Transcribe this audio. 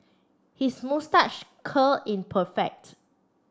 his moustache curl in perfect